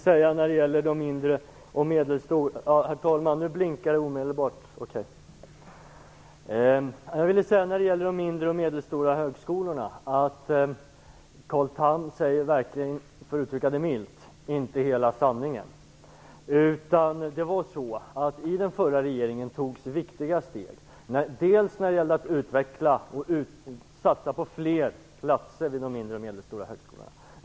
Herr talman! När det gäller de mindre och medelstora högskolorna säger Carl Tham - för att uttrycka det milt - verkligen inte hela sanningen. Den förra regeringen tog viktiga steg när det gäller att utveckla och satsa på fler platser vid de mindre och medelstora högskolorna.